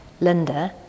Linda